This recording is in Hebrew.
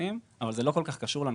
לפי נוסעים.